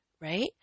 right